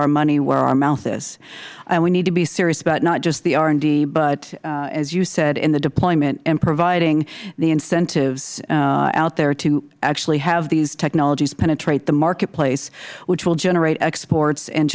our money where our mouth is and we need to be serious about not just the r and d but as you said in the deployment and providing the incentives out there to actually have these technologies penetrate the marketplace which will generate exports and